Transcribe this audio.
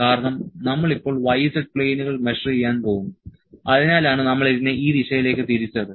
കാരണം നമ്മൾ ഇപ്പോൾ y z പ്ലെയിനുകൾ മെഷർ ചെയ്യാൻ പോകുന്നു അതിനാലാണ് നമ്മൾ ഇതിനെ ഈ ദിശയിലേക്ക് തിരിച്ചത്